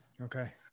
Okay